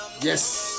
Yes